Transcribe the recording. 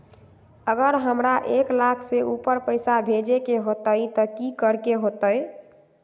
अगर हमरा एक लाख से ऊपर पैसा भेजे के होतई त की करेके होतय?